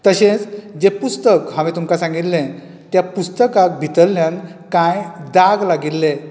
तशेंच जे पुस्तक हांवें तुमका सांगिल्ले त्या पुस्तकाक भितरल्यान काय दाग लागिल्ले